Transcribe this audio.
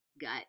gut